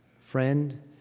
friend